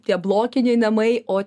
tie blokiniai namai o